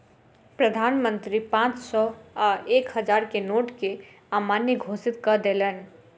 प्रधान मंत्री पांच सौ आ एक हजार के नोट के अमान्य घोषित कय देलैन